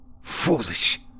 Foolish